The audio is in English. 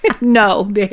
no